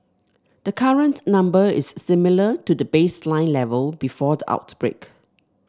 the current number is similar to the baseline level before the outbreak